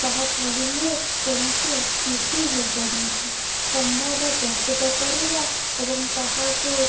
ତାହା କହିଲେ କୌଣସି ଅତ୍ୟୁକ୍ତି ହେବ ନାହିଁ ସମ୍ବାଦ ପ୍ରସ୍ତୁତ କରିବା ଏବଂ ତାହାକୁ